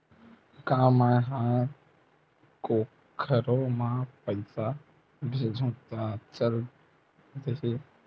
का मै ह कोखरो म पईसा भेजहु त चल देही?